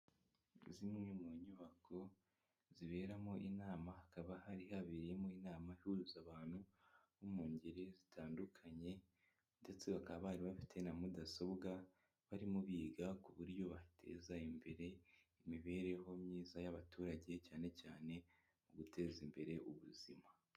Zimwe mu nyubako ziberamo inama, hakaba hari habereyemo inama ihuza abantu bo mu ngeri zitandukanye ndetse bakaba bari bafite na mudasobwa, barimo biga ku buryo bateza imbere imibereho myiza y'abaturage cyane cyane mu guteza imbere ubuzima.